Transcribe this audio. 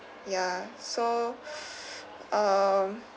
ya so um